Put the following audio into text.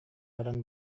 баран